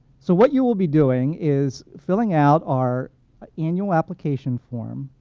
so what you will be doing is filling out our annual application form,